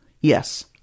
Yes